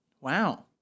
Wow